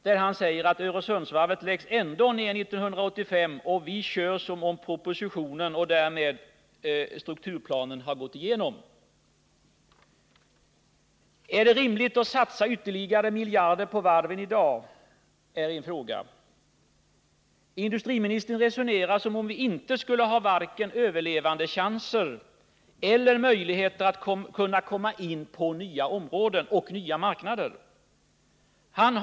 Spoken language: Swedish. Där säger han att Öresundsvarvet ändå läggs ned 1985 och att vi kör som om propositionen med strukturplanen har gått igenom. Industriministern resonerar som om vi inte skulle ha vare sig överlevan Nr 164 dechanser eller möjligheter att komma in på nya områden och nya Torsdagen den marknader.